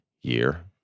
year